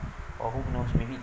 or who know maybe